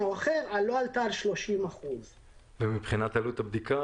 או סיבה אחרת לא עלתה על 30%. ומבחינת עלות הבדיקה,